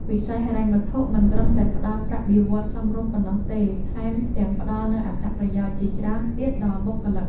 វិស័យហិរញ្ញវត្ថុមិនត្រឹមតែផ្តល់ប្រាក់បៀវត្សរ៍សមរម្យប៉ុណ្ណោះទេថែមទាំងផ្តល់នូវអត្ថប្រយោជន៍ជាច្រើនទៀតដល់បុគ្គលិក។